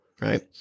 right